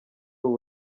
ubu